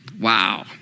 Wow